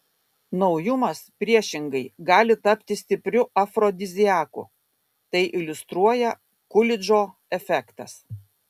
naujumas priešingai gali tapti stipriu afrodiziaku tai iliustruoja kulidžo efektas